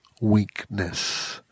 weakness